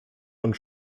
und